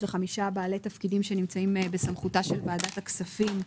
לחמישה בעלי תפקידים שנמצאים בסמכותה של ועדת הכספים שאלה,